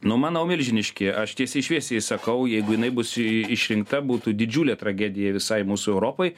nu manau milžiniški aš tiesiai šviesiai sakau jeigu jinai bus išrinkta būtų didžiulė tragedija visai mūsų europai